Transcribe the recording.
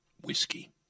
whiskey